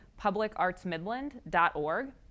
publicartsmidland.org